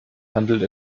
handelt